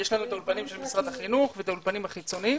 יש לנו את האולפנים של משרד החינוך ואת האולפנים החיצוניים,